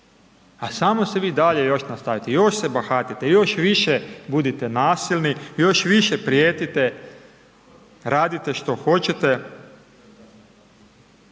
A samo se vi dalje još nastavite, još se bahatite, još više budite nasilni, još više prijetite, radite što hoćete,